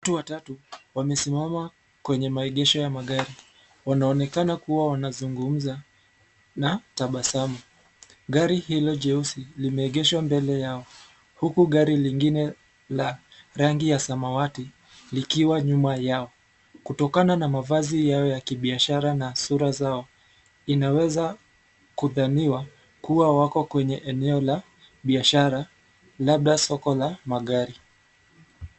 Watu watatu wamesimama kwenye maegesho ya magari, wanaonekana kuwa wanazungumza na tabasamu. Gari hilo jeusi limeegeshwa mbele yao, huku gari lingine la rangi ya samawati, likiwa nyuma yao. Kutokana na mavazi yao ya kibiashara na sura zao, inaweza kudhaniwa kuwa wako kwenye eneo la biashara ,labda soko la magari.